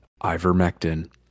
Ivermectin